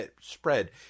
spread